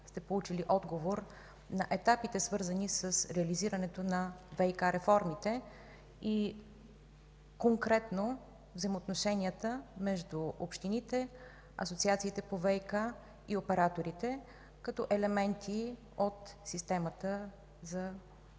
сте получили отговор на етапите, свързани с реализирането на ВиК реформите и конкретно взаимоотношенията между общините, асоциациите по ВиК и операторите като елементи от системата за предоставяне